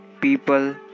people